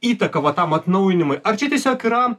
įtaką va tam atnaujinimui ar čia tiesiog yra